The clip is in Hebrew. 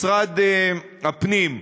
משרד הפנים,